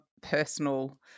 personal –